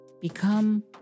Become